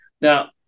Now